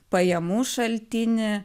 pajamų šaltinį